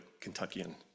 Kentuckian